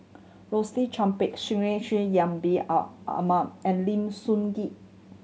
Rosaline Chan Pang Bin Ahmed and Lim Sun Gee